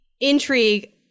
intrigue